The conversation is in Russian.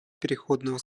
переходного